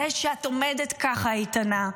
זה שאת עומדת ככה איתנה,